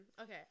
Okay